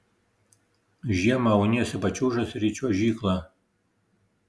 žiemą auniesi pačiūžas ir į čiuožyklą